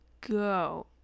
go